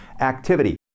activity